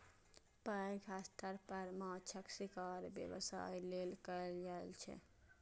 पैघ स्तर पर माछक शिकार व्यवसाय लेल कैल जाइ छै